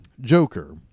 Joker